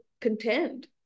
contend